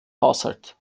haushalt